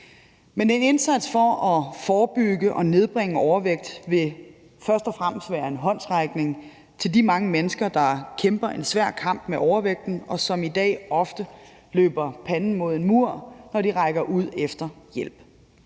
Men en indsats for at forebygge og nedbringe overvægt vil først og fremmest være en håndsrækning til de mange mennesker, der kæmper en svær kamp med overvægten, og som i dag ofte løber panden mod en mur, når de rækker ud efter hjælp.